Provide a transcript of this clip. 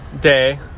day